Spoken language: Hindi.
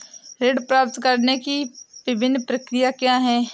ऋण प्राप्त करने की विभिन्न प्रक्रिया क्या हैं?